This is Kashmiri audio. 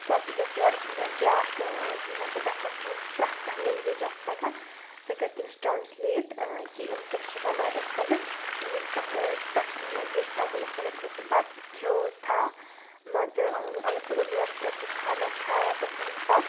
پَتہٕ گژھِ یورٕکَنۍ اَسہِ بیٛاکھ مان ژٕ نفر ییٚمِس پرٛٮ۪تھ کانٛہہ لٮ۪نٛگویج آسہِ تَگان سُہ کَرِ تٔمِس ٹرٛانٛسلیٹ کہِ یِم کیٛاہ چھِ وَنان یِتھ کٔنَس تٔمِس گژھِ کانٛہہ تہٕ پرٛٮ۪تھ کانٛہہ لٮ۪نٛگویج تَگٕنۍ أسۍ وَنو تٔمِس بَتہٕ کھیوٚوتھا مان ژٕ اگر سُہ اردوٗ آسہِ کَرِ سُہ کھانا کھایا تَتھ چھِ وَنان أسۍ بَتہٕ